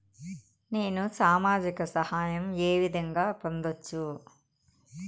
నేను సామాజిక సహాయం వే విధంగా పొందొచ్చు?